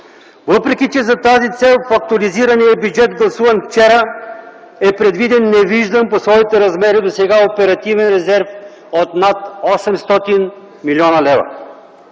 въпреки че за тази цел в актуализирания бюджет, гласуван вчера, е предвиден невиждан по своите размери досега оперативен резерв от над 800 млн. лв.